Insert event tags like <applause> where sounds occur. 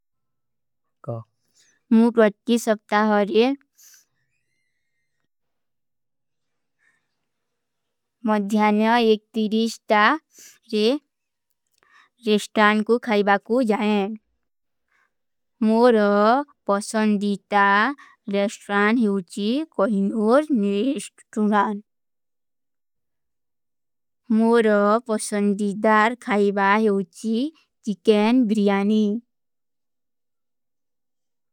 ମୁଝେ ପ୍ରତ୍ତି ସବ୍ଟା ହରେ <hesitation> ମଧ୍ଯାନେ ତା ରେ ରେଷ୍ଟ୍ରାନ କୋ ଖାଈବା କୋ ଜାଏଂ। ମୁରେ ପସଂଦୀତା ରେଷ୍ଟ୍ରାନ ହୈ ଉଚୀ କହିନୂର ନେ ଇସ୍ଟୁନାନ। <hesitation> ମୁରେ ପସଂଦୀତାର ଖାଈବା ହୈ ଉଚୀ ଚିକନ ବ୍ରିଯାନୀ।